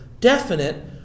definite